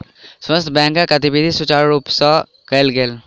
समस्त बैंकक गतिविधि सुचारु रूप सँ कयल गेल